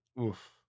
Oof